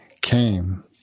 came